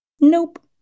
nope